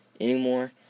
anymore